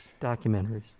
Documentaries